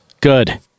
Good